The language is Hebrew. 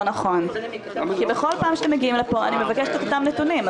למה אתם מפרסמים רק ברמת התוכנית,